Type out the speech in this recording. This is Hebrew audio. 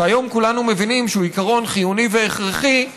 שהיום כולנו מבינים שהוא עיקרון חיוני והכרחי,